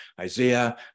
Isaiah